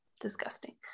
disgusting